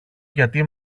γιατί